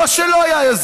לא שלא היה,